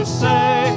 say